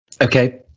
Okay